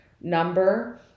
number